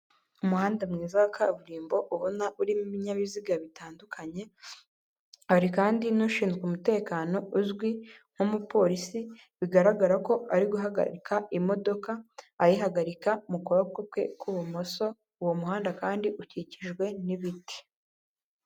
Muri kaburimbo, umupolisi wambaye impuzankano y'akazi ari guhagarika imwe mu modoka ziri muri uwo muhanda. Umupolisi arambuye ukuboko kw'ibumoso, ari kwereka umushoferi w'imodoka aho aparika.